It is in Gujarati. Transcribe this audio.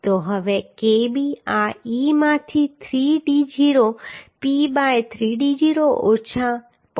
તો હવે Kb આ e માંથી 3d0 p બાય 3d0 ઓછા 0